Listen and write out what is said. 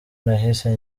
nahise